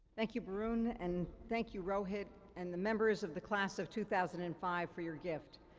thank you, barun, and thank you rohit, and the members of the class of two thousand and five for your gift.